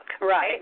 right